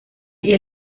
ihr